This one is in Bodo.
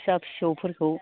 फिसा फिसौफोरखौ